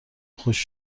خشک